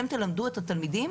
אתם תלמדו את התלמידים